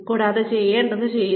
കൂടാതെ ചെയ്യേണ്ടത് ചെയ്യുക